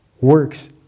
works